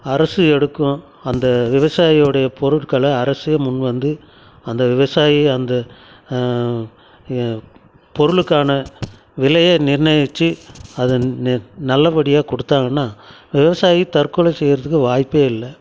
அரசு எடுக்கும் அந்த விவசாயியோடைய பொருட்களை அரசே முன்வந்து அந்த விவசாயி அந்த பொருளுக்கான விலைய நிர்ணயிச்சு அதை ந நல்லபடியாக கொடுத்தாங்கன்னா விவசாயி தற்கொலை செய்யறதுக்கு வாய்ப்பே இல்லை